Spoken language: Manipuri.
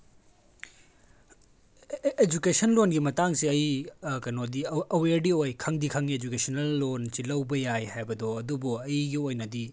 ꯏꯗꯨꯀꯦꯁꯟ ꯂꯣꯟꯒꯤ ꯃꯇꯥꯡꯁꯦ ꯑꯩ ꯀꯩꯅꯣꯗꯤ ꯑꯋꯦꯔꯗꯤ ꯑꯣꯏ ꯈꯪꯗꯤ ꯈꯪꯉꯤ ꯏꯗꯨꯀꯦꯁꯅꯦꯜ ꯂꯣꯟꯁꯤ ꯂꯧꯕ ꯌꯥꯏ ꯍꯥꯏꯕꯗꯣ ꯑꯗꯨꯕꯨ ꯑꯩꯒꯤ ꯑꯣꯏꯅꯗꯤ